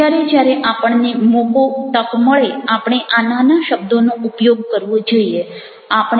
જ્યારે જ્યારે આપણને મોકો તક મળે આપણે આ નાના શબ્દોનો ઉપયોગ કરવો જોઈએ